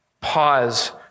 pause